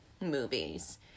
movies